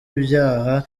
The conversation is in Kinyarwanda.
ibyaha